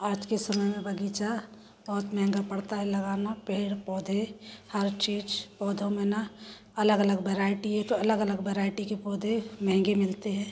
आज के समय में बगीचा बहुत महँगा पड़ता है लगाना पेड़ पौधे हर चीज पौधों में ना अलग अलग वैरायटी है तो अलग अलग वैरायटी के पौधे महँगे मिलते हैं